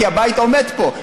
כי הבית עומד פה.